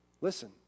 Listen